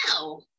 no